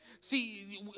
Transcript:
see